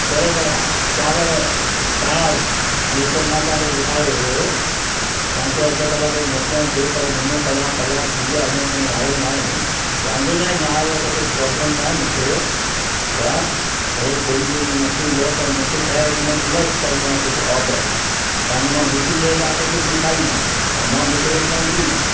बराबरि आहे चांवर दालि इहो सभु मां तव्हांखे लिखायो हुयो तव्हां चयो अधि कलाकु में मोकिलिया थो पर मुनो कलाकु कलाकु थी वियो अञा ताईं आयो न आहे वांदो न आहे न आयो आहे त कोई प्रॉब्लम न आहे मूंखे छा भले थोरी देरि में मोकिलींदो पर मूंखे छा आहे हिनमें प्लस करिणो आहे कुझु ऑडर छा त मां मिठी शइ तव्हांखे कुझु लिखाई न आहे ऐं मां मिठे जो शौंक़ीनु आहे